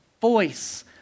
voice